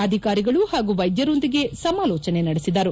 ಅಧಿಕಾರಿಗಳು ಹಾಗೂ ವೈದ್ಯರೊಂದಿಗೆ ಸಮಾಲೋಚನೆ ನಡೆಸಿದರು